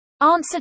Answer